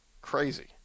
Crazy